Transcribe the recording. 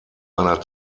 einer